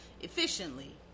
Efficiently